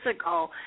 ago